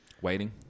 waiting